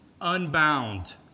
unbound